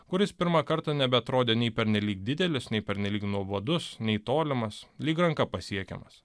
kuris pirmą kartą nebeatrodė nei pernelyg didelis nei pernelyg nuobodus nei tolimas lyg ranka pasiekiamas